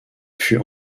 fut